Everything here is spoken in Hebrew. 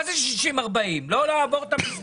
מה זה 60-40, לא לעבור את המסגרת.